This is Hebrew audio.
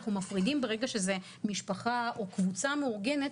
אנחנו מפרידים ברגע שזה משפחה או קבוצה מאורגנת